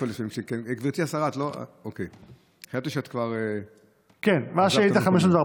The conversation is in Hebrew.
גברתי השרה, חשבתי שאת כבר, כן, מה שאילתה 514?